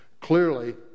clearly